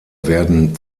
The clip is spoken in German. werden